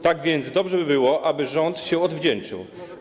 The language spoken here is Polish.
Tak więc dobrze by było, aby rząd się odwdzięczył.